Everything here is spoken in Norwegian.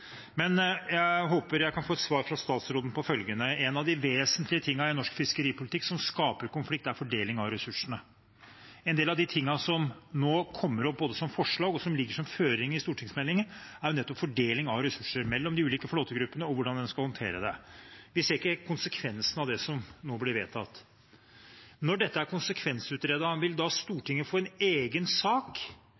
Men jeg håper jeg kan få et svar fra statsråden på følgende: En av de vesentlige tingene i norsk fiskeripolitikk som skaper konflikt, er fordeling av ressursene. En del av det som nå både kommer opp som forslag, og som ligger som føringer i stortingsmeldingen, er jo nettopp fordeling av ressurser mellom de ulike flåtegruppene og hvordan en skal håndtere det. Vi ser ikke helt konsekvensen av det som nå blir vedtatt. Når dette er konsekvensutredet, vil da